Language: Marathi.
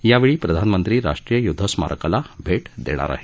यावेळी प्रधानमंत्री राष्ट्रीय य्द्ध् स्मारकाला भेट देणार आहेत